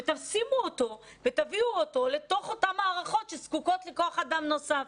ותשימו אותו ותביאו אותו למערכות שזקוקות לכוח אדם נוסף.